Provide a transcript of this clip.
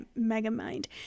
Megamind